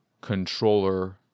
controller